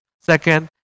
Second